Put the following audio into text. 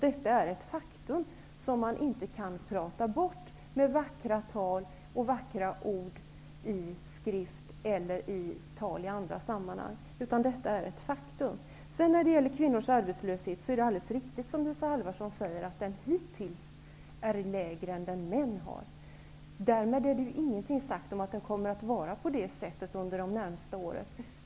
Detta är ett faktum, som man inte kan prata bort med vackert tal eller vackra ord. När det gäller kvinnors arbetslöshet är det riktigt, som Isa Halvarsson säger, att den hittills är lägre än mäns. Därmed är det inte sagt att det kommer att vara på det sättet de närmaste åren.